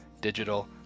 digital